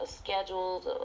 scheduled